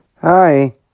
Hi